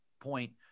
point